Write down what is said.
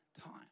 time